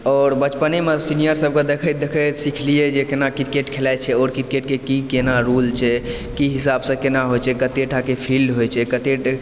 आओर बचपने मे सीनियर सबके देखैत देखैत सिखलियै जे केना क्रिकेट खेलाइ छै आओर क्रिकेट के कि केना रूल छै कि हिसाब सँ केना होइ छै कतेटा के फील्ड होइ छै कटे